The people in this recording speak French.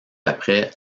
après